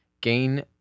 gain